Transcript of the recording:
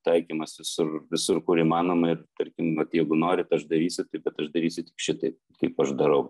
taikymas visur visur kur įmanoma ir tarkim vat jeigu norit aš darysiu taip bet aš darysiu tik šitaip kaip aš darau